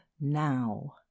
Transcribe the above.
Now